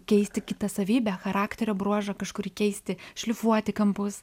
keisti kitą savybę charakterio bruožą kažkurį keisti šlifuoti kampus